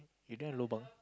you don't have lobang